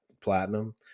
platinum